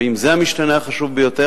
ואם זה המשתנה החשוב ביותר,